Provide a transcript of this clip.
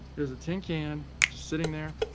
it was a tin can, just sitting there